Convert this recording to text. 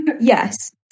yes